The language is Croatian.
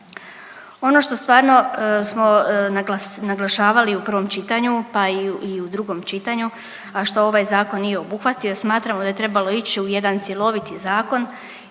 Ono što stvarno smo naglašavali u prvom čitanju, pa i u drugom čitanju, a što ovaj zakon nije obuhvatio smatramo da je trebalo ići u jedan cjeloviti zakon